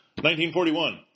1941